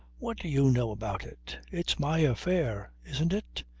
what do you know about it? it's my affair, isn't it?